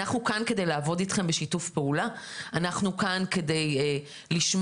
אנחנו כאן כדי לעבוד אתכם בשיתוף פעולה אנחנו כאן כדי לשמוע,